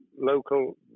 local